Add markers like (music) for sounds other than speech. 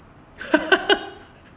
(laughs)